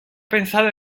pensado